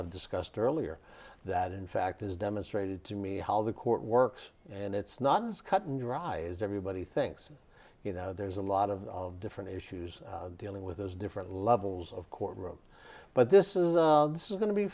i've discussed earlier that in fact is demonstrated to me how the court works and it's not as cut and dry as everybody thinks and you know there's a lot of different issues dealing with those different levels of court room but this is going to be